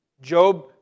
Job